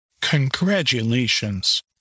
Congratulations